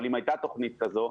אבל אם הייתה תוכנית כזאת,